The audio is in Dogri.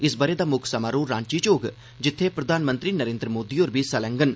इस ब'रे दा मुक्ख समारोह रांची च होग जित्थें प्रधानमंत्री नरेन्द्र मोदी होर बी हिस्सा लैङन